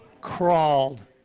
crawled